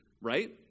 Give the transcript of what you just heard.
right